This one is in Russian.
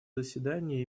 заседание